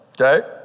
Okay